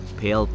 Pale